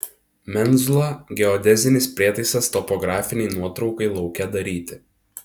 menzula geodezinis prietaisas topografinei nuotraukai lauke daryti